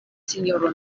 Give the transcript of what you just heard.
sinjoro